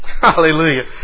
Hallelujah